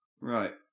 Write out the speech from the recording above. Right